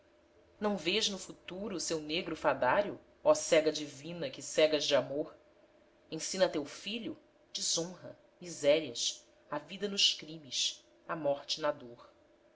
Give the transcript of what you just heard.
não vês no futuro seu negro fadário ó cega divina que cegas de amor ensina a teu filho desonra misérias a vida nos crimes a morte na dor